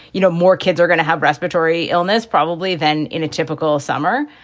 you know, more kids are going to have respiratory illness probably than in a typical summer.